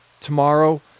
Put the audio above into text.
Tomorrow